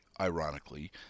ironically